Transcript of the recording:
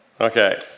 Okay